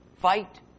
Fight